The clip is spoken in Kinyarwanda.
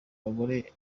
abagore